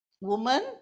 woman